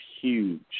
huge